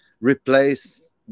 replace